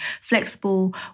flexible